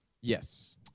Yes